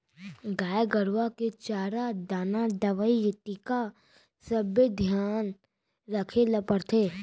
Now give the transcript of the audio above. गाय गरूवा के चारा दाना, दवई, टीका सबके धियान रखे ल परथे